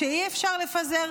אי-אפשר לפזר.